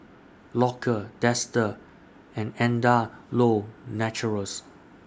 Loacker Dester and Andalou Naturals